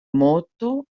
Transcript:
moto